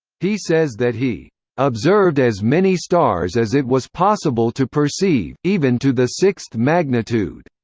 he says that he observed as many stars as it was possible to perceive, even to the sixth magnitude,